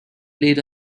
played